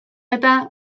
eta